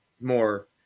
more